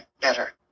better